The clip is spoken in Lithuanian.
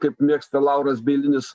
kaip mėgsta lauras bielinis